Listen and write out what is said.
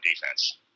defense